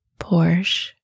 Porsche